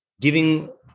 giving